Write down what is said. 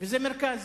וזה מרכז.